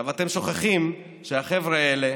אתם שוכחים שהחבר'ה האלה